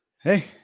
Hey